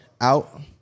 out